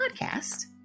Podcast